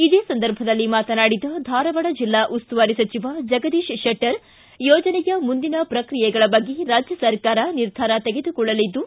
ಇದೇ ಸಂದರ್ಭದಲ್ಲಿ ಮಾತನಾಡಿದ ಧಾರವಾಡ ಜಿಲ್ಲಾ ಉಸ್ತುವಾರಿ ಸಚಿವ ಜಗದೀಶ್ ಶೆಟ್ಟರ್ ಯೋಜನೆಯ ಮುಂದಿನ ಪ್ರಕ್ರಿಯೆಗಳ ಬಗ್ಗೆ ರಾಜ್ಯ ಸರ್ಕಾರ ನಿರ್ಧಾರ ತೆಗೆದುಕೊಳ್ಳಲಿದ್ದು